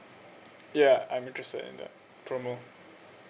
ya I'm interested in that promo